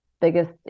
biggest